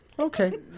Okay